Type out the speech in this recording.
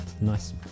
nice